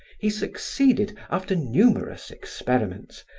he succeeded, after numerous experiments,